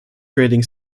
creating